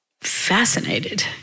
fascinated